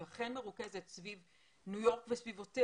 שהיא אכן מרוכזת סביב ניו יורק וסביבותיה,